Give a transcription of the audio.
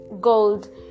gold